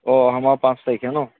অঁ অহামাহৰ পাঁচ তাৰিখে ন